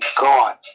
God